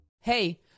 Hey